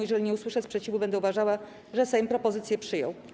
Jeżeli nie usłyszę sprzeciwu, będę uważała, że Sejm propozycję przyjął.